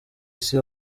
isi